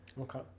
Okay